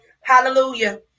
Hallelujah